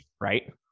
right